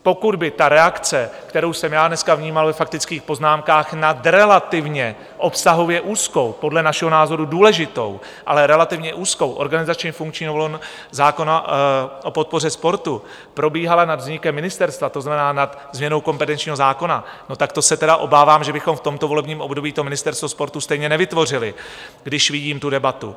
Pokud by ta reakce, kterou jsem já dneska vnímal ve faktických poznámkách nad relativně obsahově úzkou, podle našeho názoru důležitou, ale relativně úzkou organizačně funkční novelou zákona o podpoře sportu, probíhala nad vznikem ministerstva, to znamená nad změnou kompetenčního zákona, no tak to se tedy obávám, že bychom v tomto volebním období to ministerstvo sportu stejně nevytvořili, když vidím tu debatu.